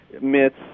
myths